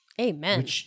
Amen